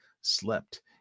slept